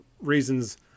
reasons